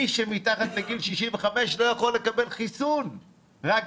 מי שהוא מתחת לגיל 65 לא יכול לקבל חיסון אלא רק